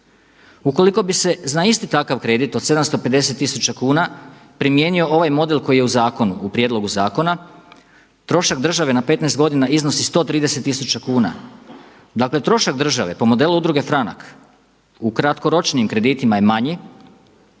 Ukoliko bi se za isti takav kredit od 750 tisuća kuna primijenio ovaj model koji je u prijedlogu zakona, trošak države na 15 godina iznosi 130 tisuća kuna. Dakle, trošak države po modelu Udruge Franak u kratkoročnijim kreditima je manji